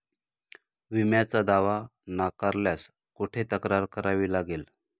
विम्याचा दावा नाकारल्यास कुठे तक्रार करावी लागेल?